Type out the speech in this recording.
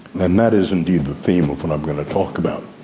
and that is, indeed, the theme of what i'm going to talk about.